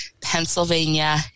Pennsylvania